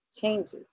changes